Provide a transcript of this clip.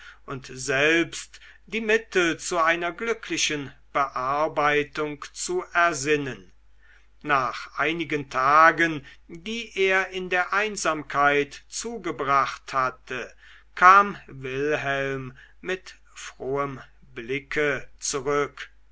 und selbst die mittel zu einer glücklichen bearbeitung zu ersinnen nach einigen tagen die er in der einsamkeit zugebracht hatte kam wilhelm mit frohem blicke zurück